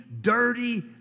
dirty